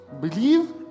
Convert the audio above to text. Believe